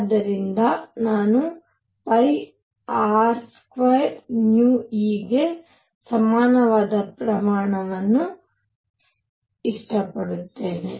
ಆದ್ದರಿಂದ ನಾನು R2νe ಗೆ ಸಮಾನವಾದ ಪ್ರಮಾಣವನ್ನು ಇಷ್ಟಪಡುತ್ತೇನೆ